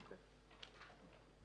אוקיי.